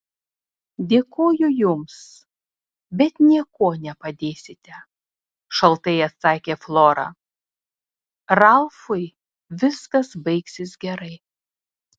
dėkoju jums bet niekuo nepadėsite šaltai atsakė flora ralfui viskas baigsis gerai